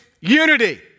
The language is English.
unity